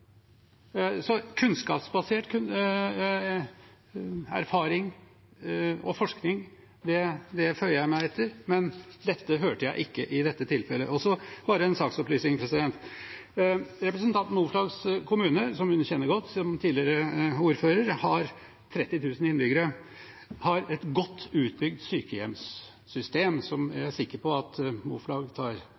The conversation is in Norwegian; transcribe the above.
erfaring og forskning føyer jeg meg etter, men dette hørte jeg ikke i dette tilfellet. Bare en saksopplysning: Representanten Moflags kommune, som hun kjenner godt som tidligere ordfører, har ca. 30 000 innbyggere og har et godt utbygd sykehjemssystem – som jeg er sikker på at Moflag